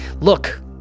Look